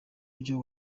byo